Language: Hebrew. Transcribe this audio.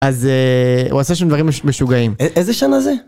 אז... הוא עושה שום דברים משוגעים. איזה שנה זה?